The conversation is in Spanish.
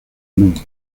honor